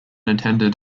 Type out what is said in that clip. attended